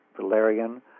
valerian